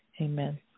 Amen